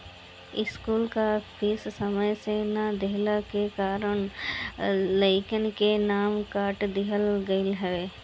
school कअ fees समय से ना देहला के कारण लइकन के नाम काट दिहल गईल हवे